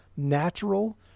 natural